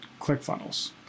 ClickFunnels